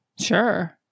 Sure